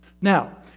Now